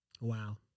Wow